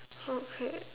okay